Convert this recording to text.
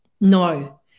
no